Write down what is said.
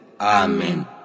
Amen